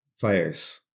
fires